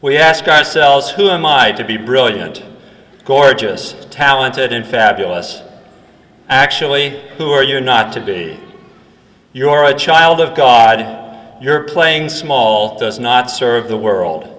we ask ourselves who am i to be brilliant gorgeous talented and fabulous actually who are you not to be your a child of god your playing small does not serve the world